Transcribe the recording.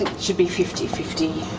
and she'll be fifty fifty